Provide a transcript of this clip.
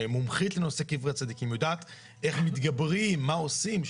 שמומחית לנושא קברי הצדיקים ויודעת איך מתגברים ומה עושים,